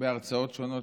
בהרצאות שונות,